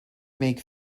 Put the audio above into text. make